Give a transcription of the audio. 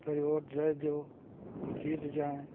पहले वोट दे दो वो जीत जाएँ